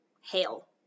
hail